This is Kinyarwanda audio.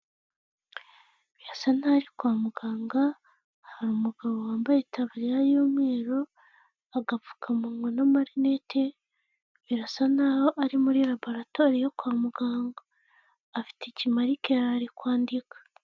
Birasa naho ari kwa muganga hari umugabo wambaye itaburiya y'umweru agapfukamunwa na amarinete birasa naho ari muri laboratware yo kwa muganga afite ikimarikeri ari kwandika.